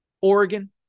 Oregon